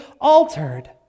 altered